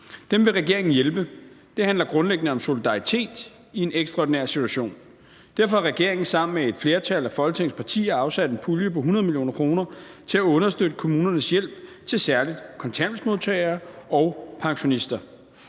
Dem vil regeringen hjælpe. Det handler grundlæggende om solidaritet i en ekstraordinær situation. Derfor har regeringen sammen med et flertal af Folketingets partier afsat en pulje på 100 mio. kr. til at understøtte kommunernes hjælp til særlig kontanthjælpsmodtagere og pensionister.